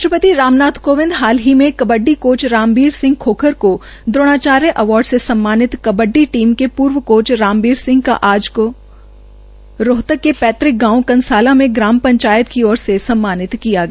राष्ट्रपति रामनाथ कोविंद ने हाल ही में कबड़डी कोच रामबीर सिंह खोखर को द्रोणाचार्य अवार्ड से सम्मानित कबड्डी टीम के पूर्व कोच रामबीर सिंह का आज रोहतक के पैतृक गांव कंसाला में ग्राम पंचायत की ओर सम्मान किया गया